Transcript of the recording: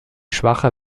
schwache